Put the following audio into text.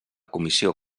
comissió